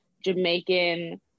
Jamaican